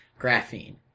graphene